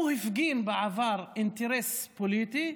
הוא הפגין בעבר אינטרס פוליטי,